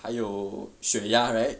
还有血压 right